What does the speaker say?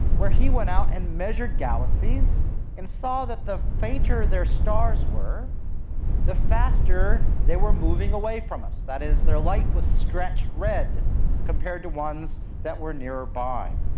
where he went out and measured galaxies and saw that the fainter their stars were the faster they were moving away from us. that is, their light was stretched red compared to ones that were nearby.